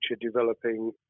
developing